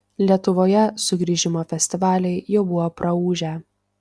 lietuvoje sugrįžimo festivaliai jau buvo praūžę